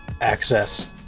Access